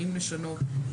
האם לשנות,